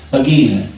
again